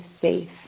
safe